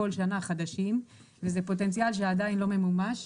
זה פוטנציאל שעדיין לא ממומש.